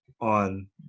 on